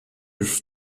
już